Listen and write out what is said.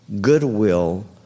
goodwill